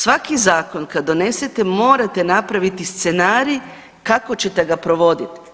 Svaki zakon kad donesete morate napraviti scenarij kako ćete ga provoditi.